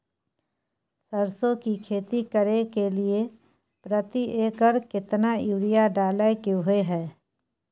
सरसो की खेती करे के लिये प्रति एकर केतना यूरिया डालय के होय हय?